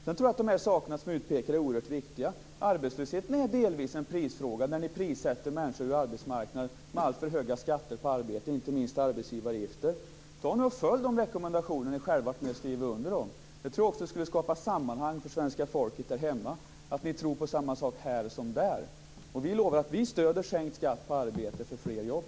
Jag tror att de saker som är utpekade är oerhört viktiga. Arbetslösheten är delvis en prisfråga, där ni prissätter människor ur arbetsmarknaden med alltför höga skatter på arbete, inte minst arbetsgivaravgifter. Följ de rekommendationer ni själva har varit med och skrivit under. Jag tror att det skulle skapa ett sammanhang för svenska folket här hemma, att ni tror på samma sak här som där. Vi lovar att vi stöder sänkt skatt på arbete för fler jobb.